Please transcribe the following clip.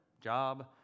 Job